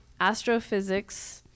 astrophysics